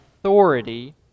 authority